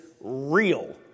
real